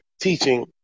teaching